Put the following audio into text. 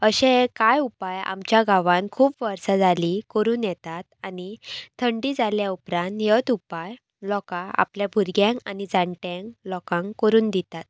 अशे कांय उपाय आमच्या गांवान खूब वर्सां जाली करून येतात आनी थंडी जाल्या उपरांत हेच उपाय लोक आपल्या भुरग्यांक आनी जाणट्यांक लोकांक करून दितात